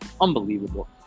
Unbelievable